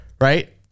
right